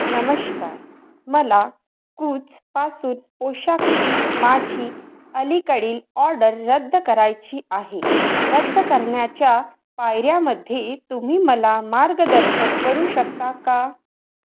नमश्कार मला कु्झपासून पोशाकची माझी अलीकडील ऑर्डर रद्द करायची आहे रद्द करण्याच्या पायऱ्यामध्ये तुम्ही मला मार्गदर्शन करू शकता का